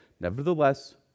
Nevertheless